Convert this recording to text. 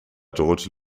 george